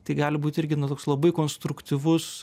tai gali būt irgi na toks labai konstruktyvus